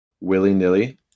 willy-nilly